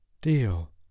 Deal